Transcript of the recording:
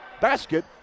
basket